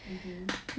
mmhmm